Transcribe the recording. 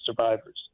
survivors